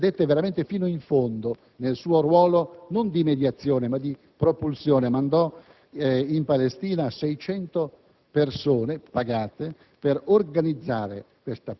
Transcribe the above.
credette veramente fino in fondo nel suo ruolo, non di mediazione, ma di propulsione: mandò in Palestina 600 persone, pagate per organizzare